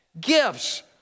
gifts